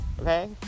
Okay